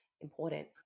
important